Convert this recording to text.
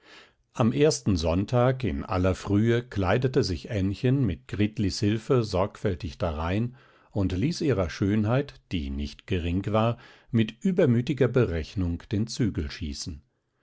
am ersten sonntag in aller frühe kleidete sich ännchen mit gritlis hilfe sorgfältig darein und ließ ihrer schönheit die nicht gering war mit übermütiger berechnung den zügel schießen